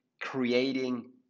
creating